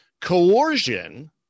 coercion